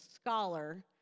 scholar